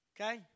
okay